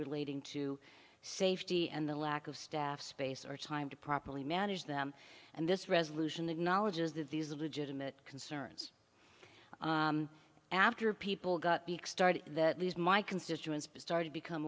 relating to safety and the lack of staff space or time to properly manage them and this resolution acknowledges that these are legitimate concerns after people got started that these my constituents start to become